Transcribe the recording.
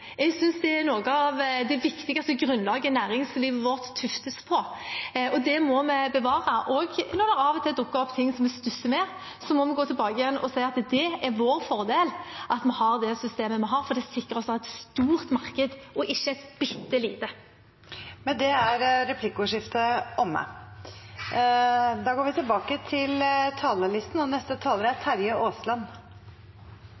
Jeg synes det er noe av det viktigste grunnlaget næringslivet vårt tuftes på, og det må vi bevare. Også når det av og til dukker opp ting vi stusser ved, må vi gå tilbake og se at det er til vår fordel at vi har det systemet vi har, for det sikrer oss å ha et stort marked og ikke et bitte lite et. Replikkordskiftet er omme.